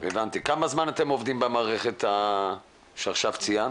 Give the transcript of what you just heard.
כמה זמן אתם עובדים במערכת שעכשיו ציינת?